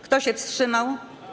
Kto się wstrzymał?